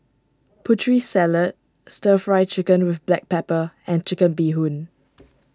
Putri Salad Stir Fry Chicken with Black Pepper and Chicken Bee Hoon